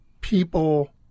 people